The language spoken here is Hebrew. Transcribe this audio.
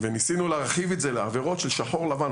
וניסינו להרחיב את זה לעבירות של שחור לבן,